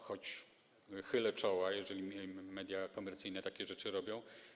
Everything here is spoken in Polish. Chylę czoła, jeżeli media komercyjne takie rzeczy robią.